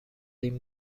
این